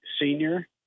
senior